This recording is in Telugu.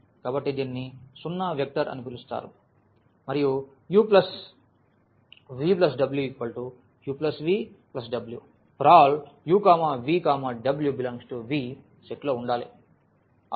కాబట్టి దీనిని సున్నా వెక్టర్ అని పిలుస్తారు మరియు u v wu v w ∀ u v w∈Vసెట్లో ఉండాలి